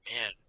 Man